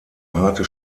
harte